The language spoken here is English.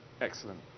Excellent